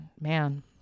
man